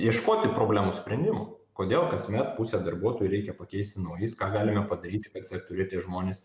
ieškoti problemų sprendimų kodėl kasmet pusę darbuotojų reikia pakeisti naujais ką galime padaryti kad sektoriuje tie žmonės